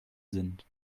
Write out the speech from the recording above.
sind